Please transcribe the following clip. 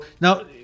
Now